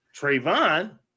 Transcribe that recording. Trayvon